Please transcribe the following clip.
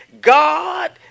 God